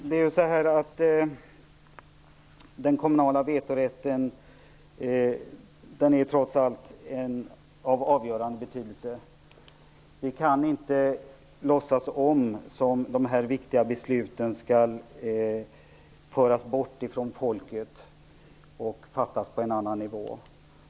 Fru talman! Den kommunala vetorätten är trots allt av avgörande betydelse. Vi kan inte låta de här viktiga besluten föras bort från folket och fattas på en annan nivå.